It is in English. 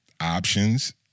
options